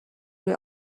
روی